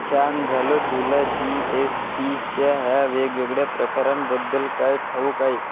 छान झालं तुला जी एस टीच्या ह्या वेगवेगळ्या प्रकारांबद्दल काय ठाऊक आहे